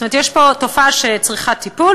זאת אומרת, יש פה תופעה שצריכה טיפול.